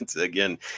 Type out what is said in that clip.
again